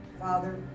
Father